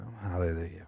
Hallelujah